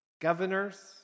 governors